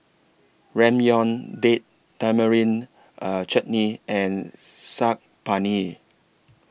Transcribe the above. Ramyeon Date Tamarind A Chutney and Saag Paneer